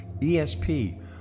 ESP